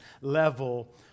level